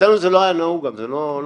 אצלנו זה לא היה נהוג גם, זה לא מקובל.